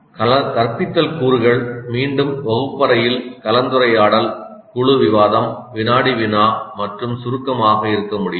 கற்பித்தல் கூறுகள் மீண்டும் வகுப்பறையில் கலந்துரையாடல் குழு விவாதம் வினாடி வினா மற்றும் சுருக்கமாக இருக்க முடியும்